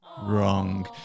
wrong